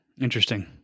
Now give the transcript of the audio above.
Interesting